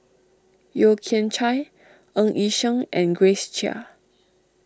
Yeo Kian Chai Ng Yi Sheng and Grace Chia